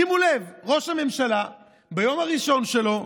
שימו לב: ראש הממשלה, ביום הראשון שלו,